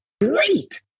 great